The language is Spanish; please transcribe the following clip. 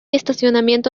estacionamiento